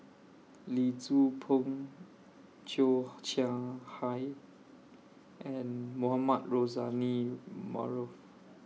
Lee Tzu Pheng Cheo Chai Hiang and Mohamed Rozani Maarof